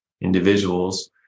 individuals